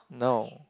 no